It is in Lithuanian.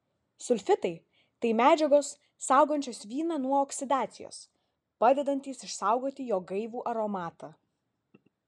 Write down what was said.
sulfitai tai medžiagos saugančios vyną nuo oksidacijos padedantys išsaugoti jo gaivų aromatą